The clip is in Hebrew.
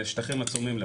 מדובר בשטחים עצומים.